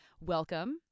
welcome